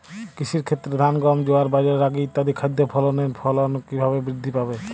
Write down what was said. কৃষির ক্ষেত্রে ধান গম জোয়ার বাজরা রাগি ইত্যাদি খাদ্য ফসলের ফলন কীভাবে বৃদ্ধি পাবে?